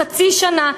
חצי שנה,